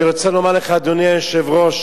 אני רוצה לומר לך, אדוני היושב-ראש,